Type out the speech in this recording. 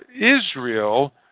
Israel